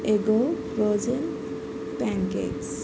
Eggo frozen pancakes